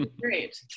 Great